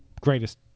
greatest